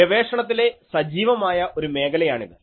ഗവേഷണത്തിലെ സജീവമായ ഒരു മേഖലയാണിത്